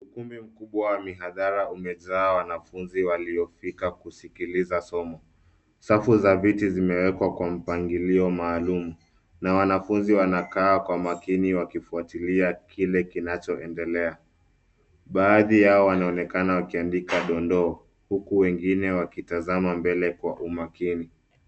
Ukumbi mkubwa wa mihadhara umejaa wanafunzi waliofika kusikiliza somo. Safu za viti zimewekwa kwa mpangilio maalum, na wanafunzi wanakaa kwa makini wakifuatilia kile kinachoendelea. Baadhi yao wanaonekana wakiandika dondoo, huku wengine wakitazama mbele kwa umakini.